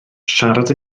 siarad